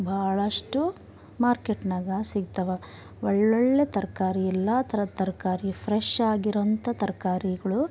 ಭಾಳಷ್ಟು ಮಾರ್ಕೆಟ್ನಾಗ ಸಿಕ್ತವೆ ಒಳ್ಳೊಳ್ಳೆ ತರಕಾರಿ ಎಲ್ಲ ಥರದ ತರಕಾರಿ ಫ್ರೆಶ್ಶಾಗಿರೊಂಥ ತರ್ಕಾರಿಗಳು